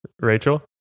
rachel